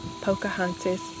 Pocahontas